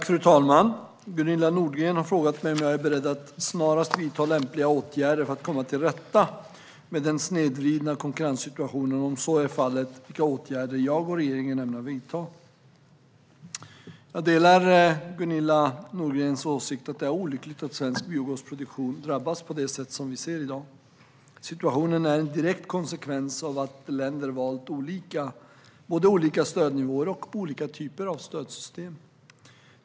Fru talman! Gunilla Nordgren har frågat mig om jag är beredd att snarast vidta lämpliga åtgärder för att komma till rätta med den snedvridna konkurrenssituationen, och om så är fallet, vilka åtgärder jag och regeringen ämnar vidta. Jag delar Gunilla Nordgrens åsikt att det är olyckligt att svensk biogasproduktion drabbas på det sätt vi ser i dag. Situationen är en direkt konsekvens av att länder valt både olika stödnivåer och olika typer av stödsystem.